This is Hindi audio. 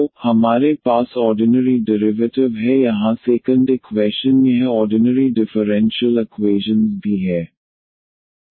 तो हमारे पास ऑर्डनेरी डेरिवेटिव है यहां सेकंड इक्वैशन यह ऑर्डनेरी डिफरेंशियल इक्वैशन भी है